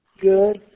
Good